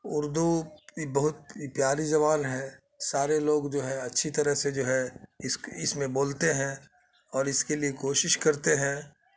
اردو بہت پیاری زبان ہے سارے لوگ جو ہے اچھی طرح سے جو ہے اس اس میں بولتے ہیں اور اس کے لیے کوشش کرتے ہیں